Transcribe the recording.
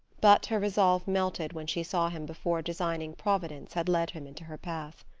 but her resolve melted when she saw him before designing providence had led him into her path.